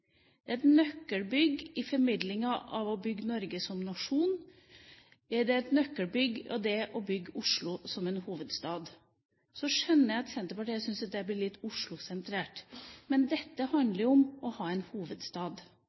nøkkelbygg i formidlinga av Norge som nasjon, et nøkkelbygg i det å bygge Oslo som en hovedstad. Så skjønner jeg at Senterpartiet syns at det blir litt Oslo-sentrert. Men dette handler om å ha en hovedstad.